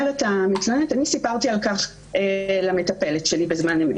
אומרת המתלוננת: אני סיפרתי על כך למטפלת שלי בזמן אמת.